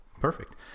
Perfect